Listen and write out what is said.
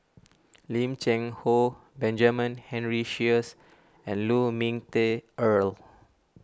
Lim Cheng Hoe Benjamin Henry Sheares and Lu Ming Teh Earl